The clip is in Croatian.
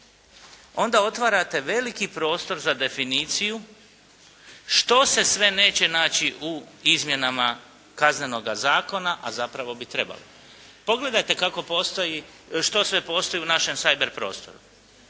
onda otvarate veliki prostor za definiciju što se sve neće naći u izmjenama Kaznenoga zakona a zapravo bi trebalo. Pogledajte što sve postoji u našem cyber prostoru.